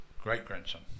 great-grandson